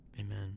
Amen